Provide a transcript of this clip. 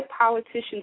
politicians